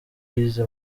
wize